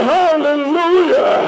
hallelujah